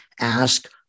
ask